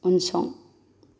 उनसं